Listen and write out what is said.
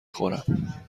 خورم